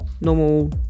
normal